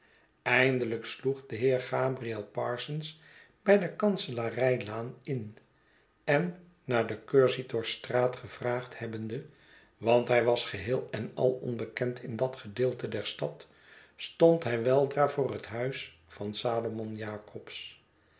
eindelijk sloeg de heer gabriel parsons bij de kanselarijlaan in en naar de cur si tor straat gevraagd hebbende want hij was geheel en al onbekend in dat gedeeite der stad stond hij weldra voor het huis van salomon jacobs